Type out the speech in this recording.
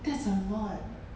that's a lot